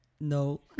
no